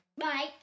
Bye